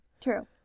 True